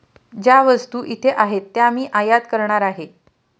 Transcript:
ज्या वस्तू इथे आहेत त्या मी आयात करणार आहे